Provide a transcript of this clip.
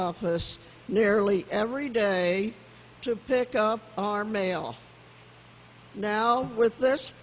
office nearly every day to pick up our mail now with this